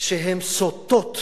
כשהן סוטות